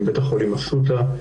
עם בית החולים אסותא,